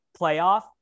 playoff